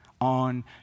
on